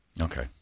Okay